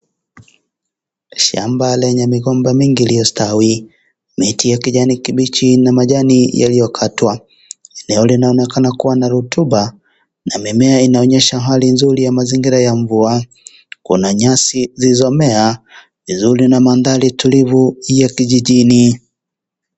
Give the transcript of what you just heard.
Shamba lenye migomba mingi iliyostawi, miti ya kijani kibichi na majani yaliyokatwa, eneo linaonekana kuwa na rotuba na mimea. Inaonyesha hali nzuri ya mazingira ya mvua kuna nyasi zilizomea vizuri na mandhari tulivu ya kijijini.